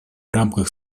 рамках